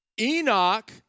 Enoch